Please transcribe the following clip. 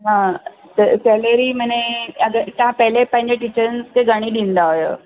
हा त सैलरी माने अगरि तव्हां पहले पंहिंजेजे टीचरियुनि खे घणी ॾींदा हुयव